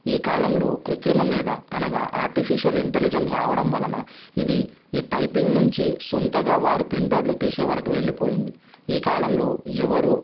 ఈ కాలంలో కృత్రిమ మీద అనగా ఆర్టిఫిషియల్ ఇంటలిజం రావడం వలన ఇది ఈ టైపింగ్ నుంచి సొంతంగా వారు ప్రింటర్లు తీసే వరకు వెళ్లిపోయింది ఈ కాలంలో ఎవరు